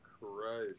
Christ